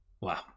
Wow